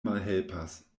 malhelpas